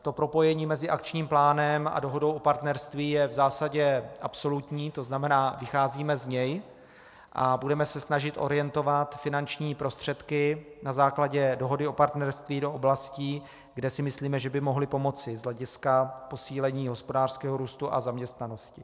To propojení mezi akčním plánem a dohodou o partnerství je v zásadě absolutní, to znamená, vycházíme z něj a budeme se snažit orientovat finanční prostředky na základě dohody o partnerství do oblastí, kde si myslíme, že by mohly pomoci z hlediska posílení hospodářského růstu a zaměstnanosti.